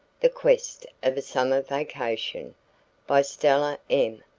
the quest of a summer vacation by stella m.